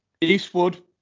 Eastwood